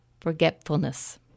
forgetfulness